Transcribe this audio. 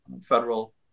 federal